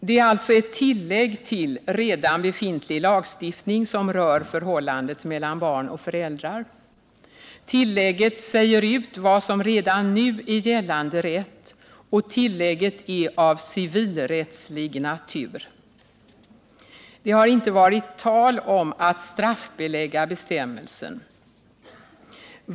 Det är alltså ett tillägg till redan befintlig lagstiftning som rör förhållandet mellan barn och föräldrar. Tillägget säger ut vad som redan nu är gällande rätt, och tillägget är av civilrättslig natur. Det har inte varit tal om att straffbelägga bestämmelsen.